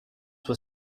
were